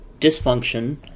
dysfunction